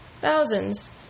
thousands